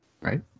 Right